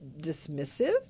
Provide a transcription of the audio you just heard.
dismissive